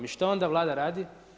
I što onda Vlada radi?